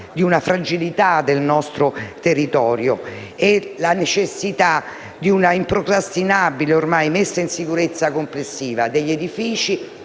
della fragilità del nostro territorio e la necessità di una ormai improcrastinabile messa in sicurezza complessiva degli edifici